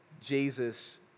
Jesus